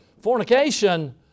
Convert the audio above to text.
fornication